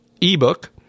ebook